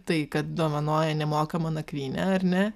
tai kad dovanoja nemokamą nakvynę ar ne